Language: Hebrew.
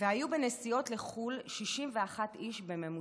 היו בנסיעות לחו"ל 61 איש בממוצע,